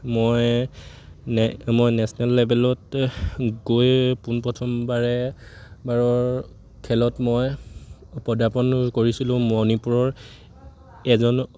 মই ন মই নেশ্যনেল লেভেলত গৈ পোনপথমবাৰে বাৰৰ খেলত মই প্ৰদাপন কৰিছিলোঁ মণিপুৰৰ এজন